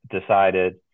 decided